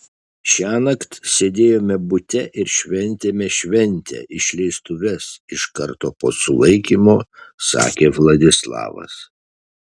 šiąnakt sėdėjome bute ir šventėme šventę išleistuves iš karto po sulaikymo sakė vladislavas